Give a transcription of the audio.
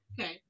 okay